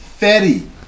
Fetty